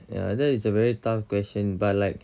ya that's a very tough question but like